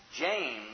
James